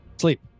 Sleep